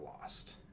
lost